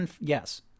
Yes